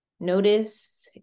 Notice